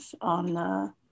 on